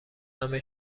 همه